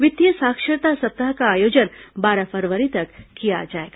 वित्तीय साक्षरता सप्ताह का आयोजन बारह फरवरी तक किया जाएगा